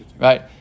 right